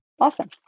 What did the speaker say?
Awesome